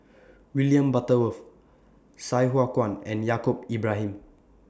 William Butterworth Sai Hua Kuan and Yaacob Ibrahim